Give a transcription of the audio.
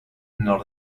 nor